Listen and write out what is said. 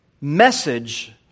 message